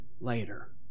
later